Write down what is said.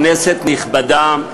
כנסת נכבדה,